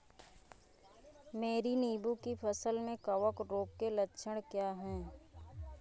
मेरी नींबू की फसल में कवक रोग के लक्षण क्या है?